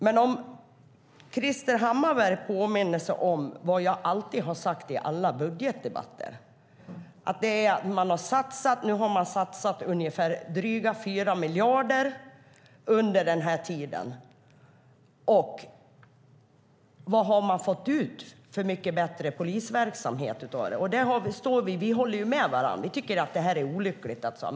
Men Krister Hammarbergh kan påminna sig vad jag alltid har sagt i alla budgetdebatter, att nu har man satsat dryga 4 miljarder under den här tiden, och hur mycket bättre polisverksamhet har man fått ut av det? Där står vi. Vi håller ju med varandra. Vi tycker att det här är olyckligt.